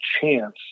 chance